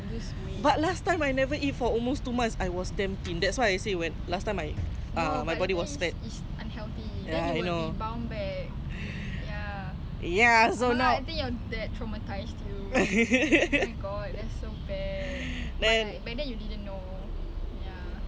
ya so now ya last time I was like depression ah I was like everytime I see food I feel like vomiting if I try to eat I feel like vomiting also the only thing I can do is just drink water or eat like